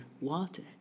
water